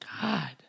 God